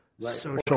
social